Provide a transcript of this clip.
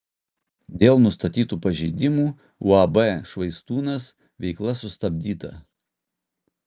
dėl nustatytų pažeidimų uab švaistūnas veikla sustabdyta